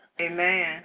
Amen